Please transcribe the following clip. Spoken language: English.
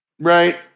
Right